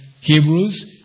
Hebrews